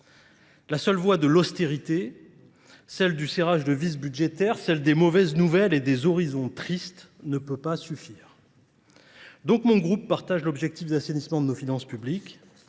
La seule voie de l'austérité, celle du serrage de vices budgétaires, celle des mauvaises nouvelles et des horizons tristes, ne peut pas suffire. Donc mon groupe partage l'objectif d'assainissement de nos finances publiques,